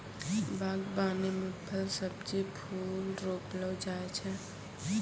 बागवानी मे फल, सब्जी, फूल रौपलो जाय छै